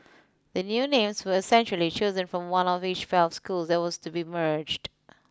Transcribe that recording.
the new names were essentially chosen from one of each pair of schools that was to be merged